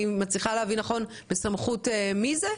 מצליחה להבין נכון בסמכות מי זה.